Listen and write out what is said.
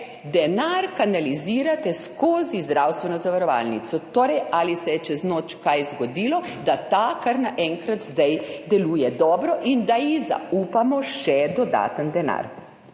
denar kanalizirate skozi zdravstveno zavarovalnico. Ali se je čez noč kaj zgodilo, da ta kar naenkrat zdaj deluje dobro in da ji zaupamo še dodatni denar?